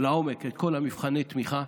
לעומק את כל מבחני התמיכה,